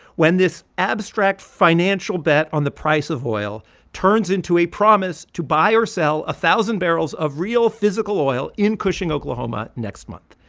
when this abstract financial bet on the price of oil turns into a promise to buy or sell one ah thousand barrels of real, physical oil in cushing, okla, um ah next month.